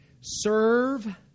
Serve